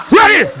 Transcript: Ready